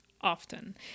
often